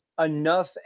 enough